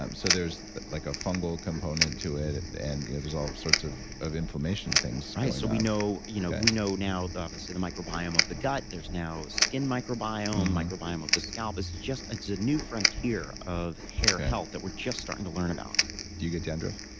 um so there's like a fungal component to it. and yeah there's all sorts of of inflammation things so we know you know we know now, obviously, the microbiome of the gut. there's now skin microbiome, microbiome of the scalp. it's a new frontier of hair health that we're just starting to learn about do you get dandruff?